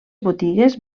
botigues